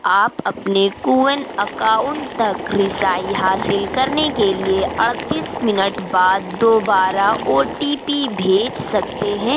آپ اپنےکوون اکاؤنٹ تک رسائی حاصل کرنے کے لیے اڑتیس منٹ بعد دوبارہ او ٹی پی بھیج سکتے ہیں